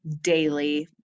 daily